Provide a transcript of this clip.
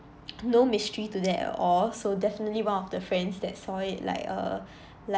no mystery to that at all so definitely one of the friends that saw it like err like